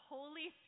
Holy